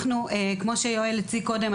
כמו שיואל הציג קודם,